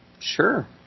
Sure